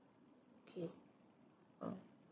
okay oh